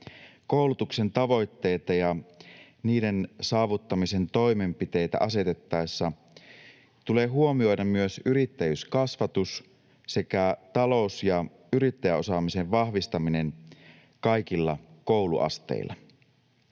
koulutuksen tavoitteita ja niiden saavuttamisen toimenpiteitä asetettaessa tulee huomioida myös yrittäjyyskasvatus sekä talous- ja yrittäjäosaamisen vahvistaminen kaikilla kouluasteilla.